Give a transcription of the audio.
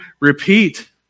repeat